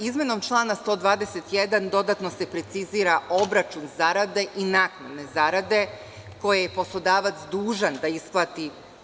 Izmenom člana 121. dodatno se precizira obračun zarade i naknade zarade koje je poslodavac dužan da isplati.